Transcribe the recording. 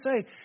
say